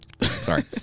Sorry